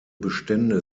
bestände